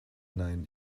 nein